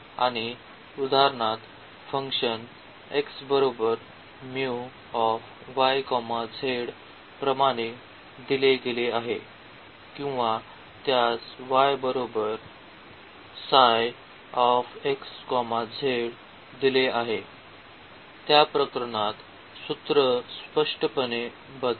आणि उदाहरणार्थ फंक्शन प्रमाणे दिले गेले आहे किंवा त्यास दिले आहे त्या प्रकरणात सूत्र स्पष्टपणे बदलेल